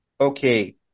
okay